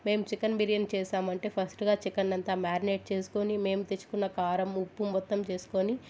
మేము చికెన్ బిర్యానీ చేసామంటే ఫస్ట్గా చికెన్ అంతా మ్యారినేట్ చేసుకుని మేము తెచ్చుకున్న కారం ఉప్పు మొత్తం చేసుకొని